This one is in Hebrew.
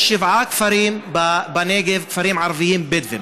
יש שבעה כפרים בנגב, כפרים ערביים בדואיים.